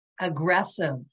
aggressive